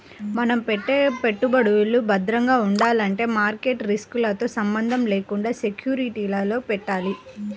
మనం పెట్టే పెట్టుబడులు భద్రంగా ఉండాలంటే మార్కెట్ రిస్కులతో సంబంధం లేకుండా సెక్యూరిటీలలో పెట్టాలి